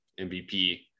MVP